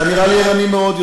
אתה נראה לי ערני מאוד,